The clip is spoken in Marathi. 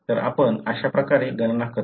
तर आपण अशा प्रकारे गणना करतो